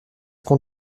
qu’on